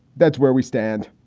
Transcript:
that's where we stand.